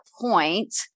point